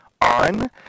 on